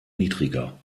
niedriger